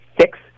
six